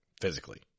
physically